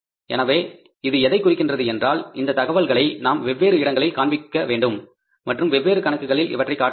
எனவே இது எதைக் குறிக்கிறது என்றால் இந்த தகவல்களை நாம் வெவ்வேறு இடங்களில் காண்பிக்க வேண்டும் மற்றும் வெவ்வேறு கணக்குகளில் இவற்றை காட்ட வேண்டும்